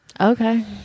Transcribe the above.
Okay